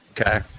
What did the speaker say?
Okay